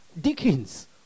Dickens